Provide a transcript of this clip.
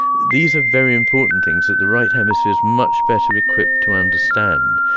these are very important things that the right hemisphere's much better equipped to understand,